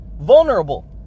vulnerable